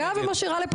מי נגד?